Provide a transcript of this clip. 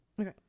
Okay